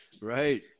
Right